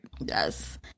yes